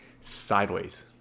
sideways